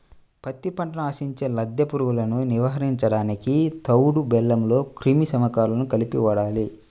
పత్తి పంటను ఆశించే లద్దె పురుగులను నివారించడానికి తవుడు బెల్లంలో క్రిమి సంహారకాలను కలిపి వాడాలి